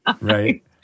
Right